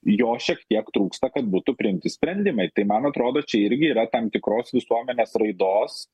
jo šiek tiek trūksta kad būtų priimti sprendimai tai man atrodo čia irgi yra tam tikros visuomenės raidos